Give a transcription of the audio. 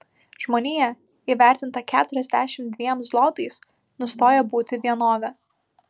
žmonija įvertinta keturiasdešimt dviem zlotais nustoja būti vienove